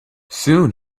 soon